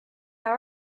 how